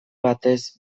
batez